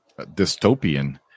dystopian